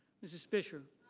mrs. fisher.